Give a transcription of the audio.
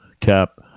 Cap